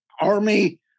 army